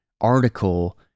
article